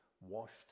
washed